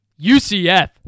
UCF